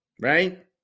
Right